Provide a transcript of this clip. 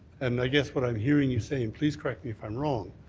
and i guess what i'm hearing you say, and please correct me if i'm wrong,